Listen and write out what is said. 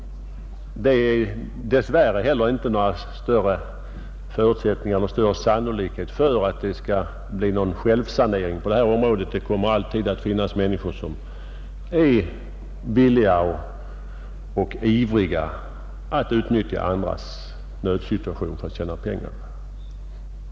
Det är dess värre inte heller särskilt sannolikt att det skall bli någon självsanering på detta område. Det kommer alltid att finnas människor som är villiga och ivriga att utnyttja andras nödsituation för att tjäna pengar.